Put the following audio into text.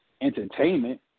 entertainment